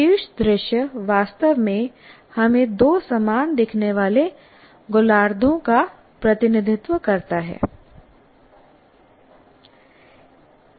शीर्ष दृश्य वास्तव में हमें दो समान दिखने वाले गोलार्द्धों का प्रतिनिधित्व करता है